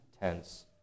tense